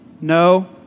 no